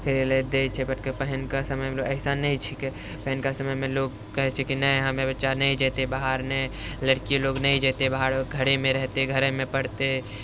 खेलैलए दै छै पहिलुका समयमे अइसा नहि छिकै पहिलुका समयमे लोक कहै छै कि नहि हमर बच्चा नहि जेतै बाहर नहि लड़की लोक नहि जेतै बाहर घरेमे रहतै घरेमे पढ़तै